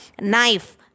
knife